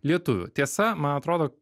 lietuvių tiesa man atrodo